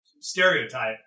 stereotype